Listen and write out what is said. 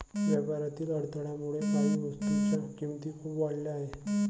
व्यापारातील अडथळ्यामुळे काही वस्तूंच्या किमती खूप वाढल्या आहेत